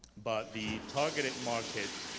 but the targeted market,